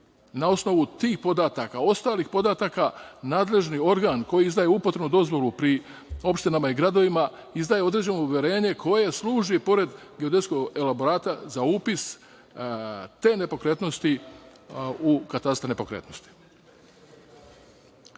na osnovu tih podataka, ostalih podataka, nadležni organ koji izdaje upotrebnu dozvolu pri opštinama i gradovima izdaje određeno uverenje koje služi, pored geodetskog elaborata, za upis te nepokretnosti u katastar nepokretnosti. Ono